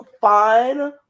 fine